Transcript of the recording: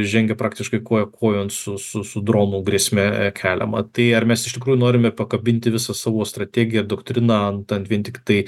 žengia praktiškai koja kojon su su dronų grėsme keliama tai ar mes iš tikrųjų norime pakabinti visą savo strategiją doktriną ant ant vien tiktai